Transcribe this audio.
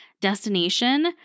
destination